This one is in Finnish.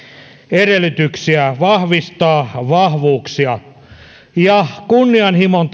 edellytyksiä vahvistaa vahvuuksia kunnianhimon